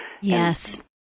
Yes